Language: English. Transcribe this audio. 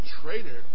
traitor